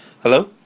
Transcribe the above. Hello